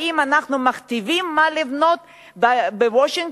האם אנחנו מכתיבים מה לבנות בוושינגטון?